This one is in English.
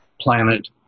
planet